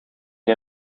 jij